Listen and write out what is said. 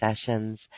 sessions